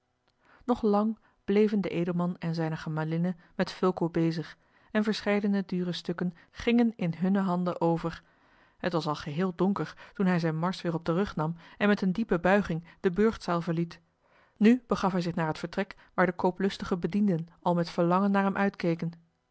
nog lang bleven de edelman en zijne gemalinne met fulco bezig en verscheidene dure stukken gingen in hunne handen over het was al geheel donker toen hij zijne mars weer op den rug nam en met eene diepe buiging de burchtzaal verliet nu begaf hij zich naar het vertrek waar de kooplustige bedienden al met verlangen naar hem uitkeken